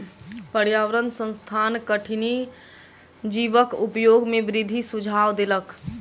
पर्यावरण संस्थान कठिनी जीवक उपयोग में वृद्धि के सुझाव देलक